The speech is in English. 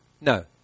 No